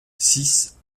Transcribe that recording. six